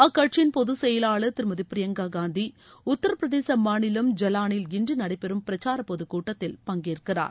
அக்கட்சியின் பொதுச் செயலாளர் திருமதி பிரியங்கா காந்தி உத்திர பிரதேச மாநிலம் ஜலானில் இன்று நடைபெறும் பிரச்சார பொதுக் கூட்டத்தில் பங்கேற்கிறார்